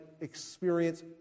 experience